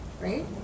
Right